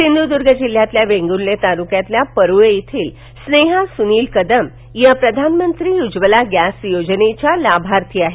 सिंध्रदर्ग जिल्ह्यातील वेंगुर्ले तालुक्यातील परूळे येथील स्नेहा सुनील कदम या प्रधानमंत्री उज्ज्वला गॅस योजनेच्या लाभार्थी आहेत